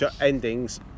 endings